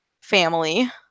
family